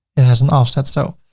it has an offset. so,